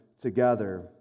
together